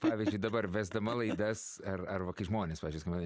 pavyzdžiui dabar vesdama laidas ar ar va kai žmonės pavyzdžiui